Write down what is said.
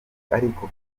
ariko